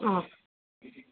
ꯑꯥ